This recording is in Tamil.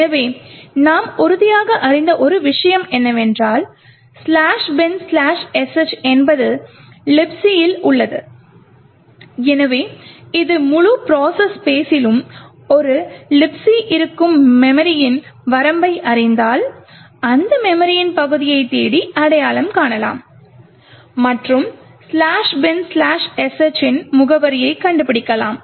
எனவே நாம் உறுதியாக அறிந்த ஒரு விஷயம் என்னவென்றால் " bin sh" என்பது Libc ல் உள்ளது எனவே முழு ப்ரோசஸ் ஸ்பெஸ்ஸிலும் ஒரு Libc இருக்கும் மெமரியின் வரம்பை அறிந்தால் அந்த மெமரியின் பகுதியை தேடி அடையாளம் காணலாம் மற்றும் " bin sh" இன் முகவரியை கண்டுபிடிக்கலாம்